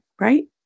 right